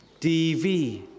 DV